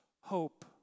hope